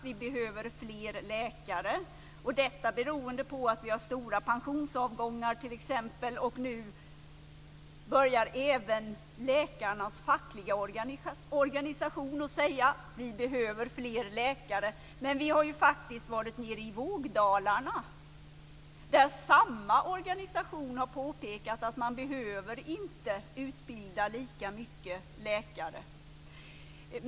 Vi behöver fler läkare. Detta beroende på att vi t.ex. har stora pensionsavgångar. Nu börjar även läkarnas fackliga organisation säga att vi behöver fler läkare. Men vi har ju faktiskt varit nere i vågdalarna, där samma organisation har påpekat att man inte behöver utbilda lika många läkare.